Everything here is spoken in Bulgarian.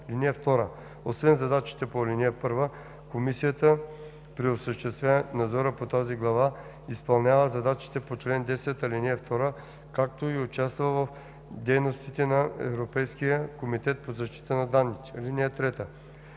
данни. (2) Освен задачите по ал. 1, комисията при осъществяване на надзора по тази глава изпълнява и задачите по чл. 10, ал. 2, както и участва в дейностите на Европейския комитет по защита на данните. (3)